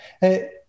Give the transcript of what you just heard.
Hey